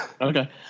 Okay